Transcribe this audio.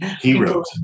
Heroes